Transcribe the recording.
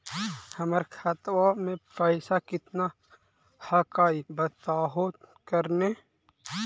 हमर खतवा में पैसा कितना हकाई बताहो करने?